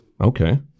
Okay